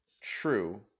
True